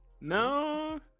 No